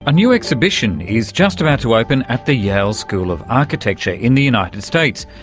a new exhibition is just about to open at the yale school of architecture in the united states.